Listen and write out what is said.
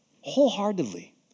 wholeheartedly